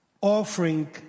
offering